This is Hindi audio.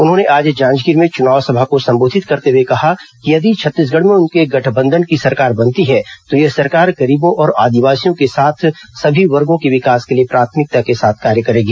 उन्होंने आज जांजगीर में चुनाव सभा को संबोधित करते हुए कहा कि यदि छत्तीसगढ़ में उनके गठबंधन की सरकार बनती है तो यह सरकार गरीबों और आदिवासियों के साथ सभी वर्गों के विकास के लिए प्राथमिकता के साथ कार्य करेगी